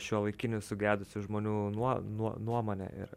šiuolaikinių sugedusių žmonių nuo nuo nuomonė ir